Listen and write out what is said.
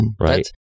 Right